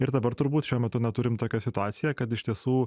ir dabar turbūt šiuo metu na turim tokią situaciją kad iš tiesų